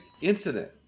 incident